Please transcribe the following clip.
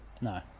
No